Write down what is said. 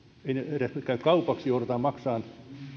edes käy kaupaksi ja joudutaan maksamaan